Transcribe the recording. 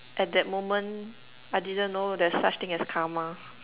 at that moment I didn't know there's such thing as karma